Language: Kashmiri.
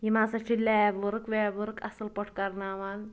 یم ہَسا چھِ لیب ؤرک ویب ؤرک اصٕل پٲٹھۍ کرناوان